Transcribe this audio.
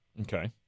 Okay